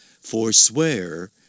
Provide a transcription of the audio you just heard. forswear